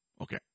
Okay